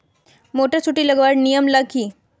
Motor सुटी लगवार नियम ला की?